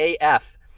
AF